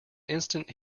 instant